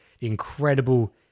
incredible